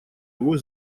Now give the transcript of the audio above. его